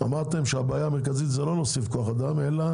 אמרתם שהבעיה המרכזית זה לא להוסיף כוח אדם אלא